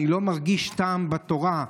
אני לא מרגיש טעם בתורה,